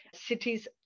cities